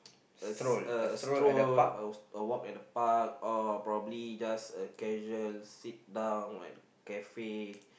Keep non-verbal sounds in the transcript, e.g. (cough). (noise) a stroll a a walk at the park or probably just a casual sit down at a cafe